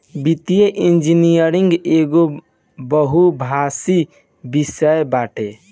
वित्तीय इंजनियरिंग एगो बहुभाषी विषय बाटे